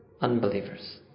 unbelievers